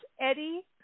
Eddie